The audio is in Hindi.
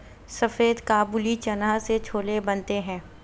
सफेद काबुली चना से छोले बनते हैं